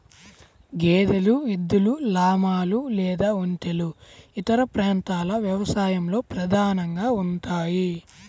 గేదెలు, ఎద్దులు, లామాలు లేదా ఒంటెలు ఇతర ప్రాంతాల వ్యవసాయంలో ప్రధానంగా ఉంటాయి